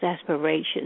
aspirations